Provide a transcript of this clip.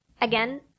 again